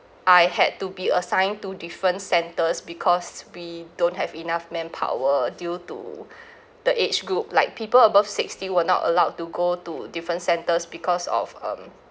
I had to be assigned to different centres because we don't have enough manpower due to the age group like people above sixty were not allowed to go to different centres because of um